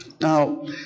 Now